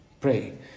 Pray